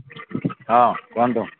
ହଁ କୁହନ୍ତୁ